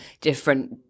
different